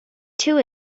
too